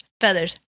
feathers